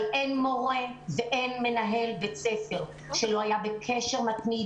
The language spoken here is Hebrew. אבל אין מורה ואין מנהל בית ספר שלא היה בקשר מתמיד